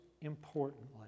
importantly